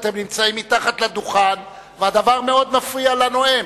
אתם נמצאים מתחת לדוכן והדבר מאוד מפריע לנואם.